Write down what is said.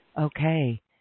okay